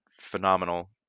phenomenal